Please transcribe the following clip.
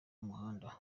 muhanda